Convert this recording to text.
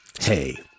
Hey